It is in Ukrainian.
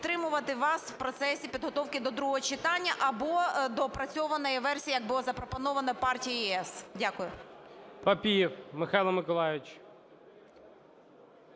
підтримувати вас в процесі підготовки до другого читання або доопрацьована є версія, як було запропоновано партією "ЄС". Дякую. ГОЛОВУЮЧИЙ. Папієв Михайло Миколайович.